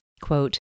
quote